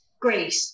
great